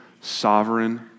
sovereign